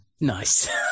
Nice